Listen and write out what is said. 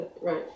right